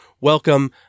welcome